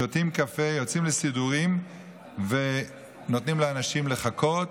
שותים קפה, יוצאים לסידורים ונותנים לאנשים לחכות